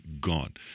God